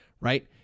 Right